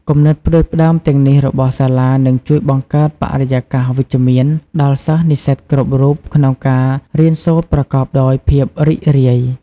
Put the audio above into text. គំនិតផ្តួចផ្តើមទាំងនេះរបស់សាលានឹងជួយបង្កើតបរិយាកាសវិជ្ជមានដល់សិស្សនិស្សិតគ្រប់រូបក្នុងការរៀនសូត្រប្រកបដោយភាពរីករាយ។